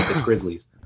Grizzlies